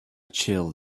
chill